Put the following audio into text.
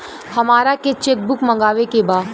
हमारा के cheque book मगावे के बा?